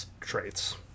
traits